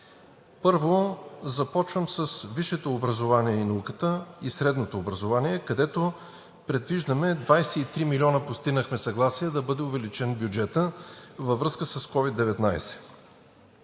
Първо, започвам с висшето образование, науката и средното образование, където предвиждаме 23 милиона. Постигнахме съгласие да бъде увеличен бюджетът във връзка с COVID-19.